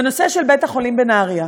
בנושא של בית-החולים בנהריה.